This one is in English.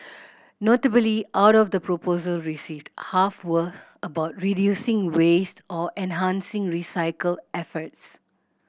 notably out of the proposal received half were about reducing waste or enhancing recycle efforts